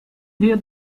hear